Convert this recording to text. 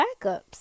backups